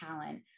talent